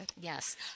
Yes